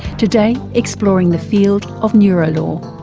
today exploring the field of neurolaw.